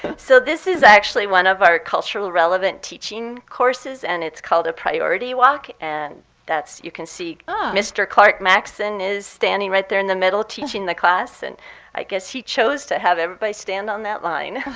so this is actually one of our cultural relevant teaching courses, and it's called a priority walk. and you can see mr. clark maxon is standing right there in the middle teaching the class. and i guess he chose to have everybody stand on that line.